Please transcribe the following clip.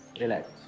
relax